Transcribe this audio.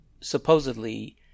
supposedly